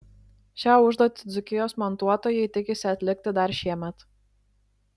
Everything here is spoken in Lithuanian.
šią užduotį dzūkijos montuotojai tikisi atlikti dar šiemet